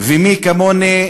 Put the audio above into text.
ומי כמוני,